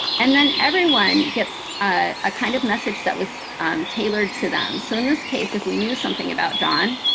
and then everyone gets a kind of message that was tailored to them. so in this case, if we knew something about john,